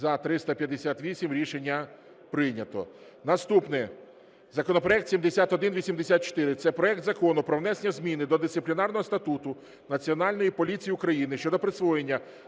За – 358 Рішення прийнято. Наступний законопроект 7184. Це проект Закону про внесення зміни до Дисциплінарного статуту Національної поліції України щодо присвоєння